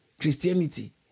Christianity